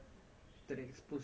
mm mm